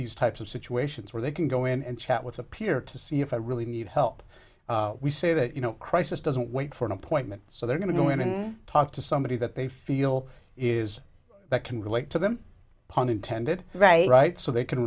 these types of situations where they can go in and chat with appear to see if i really need help we say that you know crisis doesn't wait for an appointment so they're going to talk to somebody that they feel is that can relate to them pun intended right right so they can